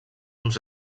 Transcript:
uns